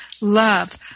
love